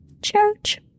Church